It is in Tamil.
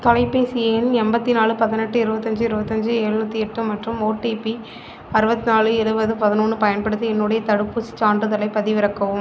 தொலைபேசி எண் எண்பத்தி நாலு பதினெட்டு இருவத்தஞ்சு இருவத்தஞ்சு எழுநூத்தி எட்டு மற்றும் ஓடிபி அறுவத்திநாலு எழுவது பதினொன்று பயன்படுத்தி என்னுடைய தடுப்பூசிச் சான்றிதழைப் பதிவிறக்கவும்